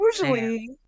usually